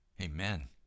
Amen